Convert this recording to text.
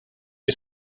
you